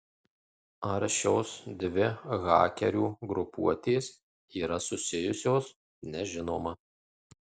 ar šios dvi hakerių grupuotės yra susijusios nežinoma